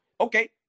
Okay